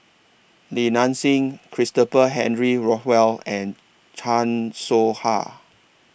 Li Nanxing Christopher Henry Rothwell and Chan Soh Ha